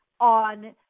on